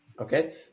Okay